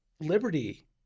liberty